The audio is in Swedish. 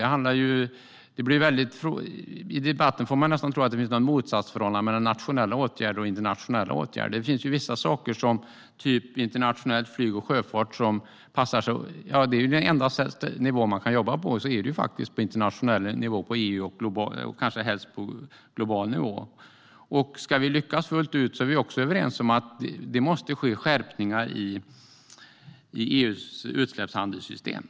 I debatten framstår det nästan som att det är ett motståndsförhållande mellan nationella och internationella åtgärder. Det finns ju vissa saker, till exempel internationellt flyg och sjöfart, där man bara kan jobba på internationell nivå - på EU och kanske helst på global nivå. Ska vi lyckas fullt ut är vi överens om att det måste ske skärpningar i EU:s utsläppshandelssystem.